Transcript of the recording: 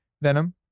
Venom